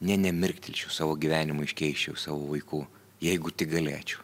nė nemirktelčiau savo gyvenimą iškeisčiau į savo vaikų jeigu tik galėčiau